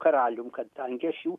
karalium kadangi aš jų